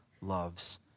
loves